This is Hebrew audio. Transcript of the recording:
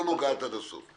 לא נוגעת עד הסוף,